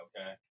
okay